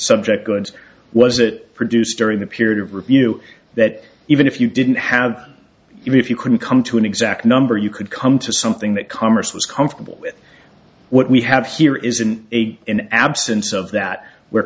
subject goods was it produced during the period of review that even if you didn't have it if you couldn't come to an exact number you could come to something that congress was comfortable with what we have here is an eight in absence of that where